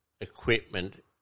equipment